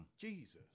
Jesus